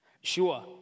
Sure